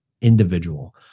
individual